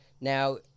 Now